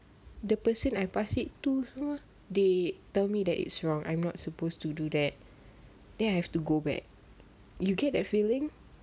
the person I pass it to semua they tell me that it's wrong I'm not supposed to do that then I have to go back you get that feeling